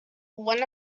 when